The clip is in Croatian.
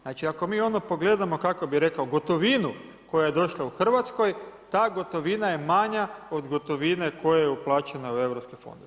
Znači ako mi onda pogledamo kako bih rekao gotovinu koja je došla u Hrvatskoj ta gotovina je manja od gotovine koja je uplaćena u europske fondove.